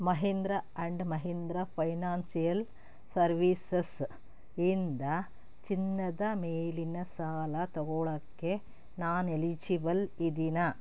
Mahindra and Mahindra financial ಸರ್ವೀಸಸಿಂದ ಚಿನ್ನದ ಮೇಲಿನ ಸಾಲ ತಗೊಳ್ಳಕ್ಕೆ ನಾನು ಎಲಿಜಿಬಲ್ ಇದ್ದೀನಾ